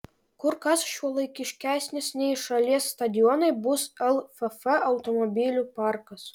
kur kas šiuolaikiškesnis nei šalies stadionai bus lff automobilių parkas